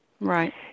Right